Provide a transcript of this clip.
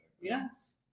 Yes